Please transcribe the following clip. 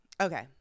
Okay